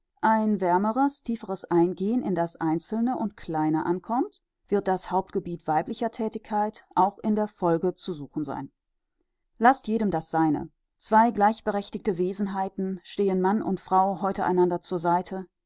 ein wärmeres tieferes eingehen in das einzelne und kleine ankommt wird das hauptgebiet weiblicher thätigkeit auch in der folge zu suchen sein laßt jedem das seine zwei gleichberechtigte wesenheiten stehen mann und frau heute einander zur seite